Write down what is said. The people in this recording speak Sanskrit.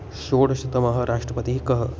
षोडशतमः राष्ट्रपतिः कः